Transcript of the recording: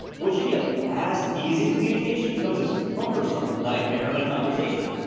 what should be a fast, easy communication becomes this cumbersome nightmare of a conversation.